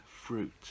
fruit